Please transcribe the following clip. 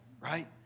Right